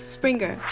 Springer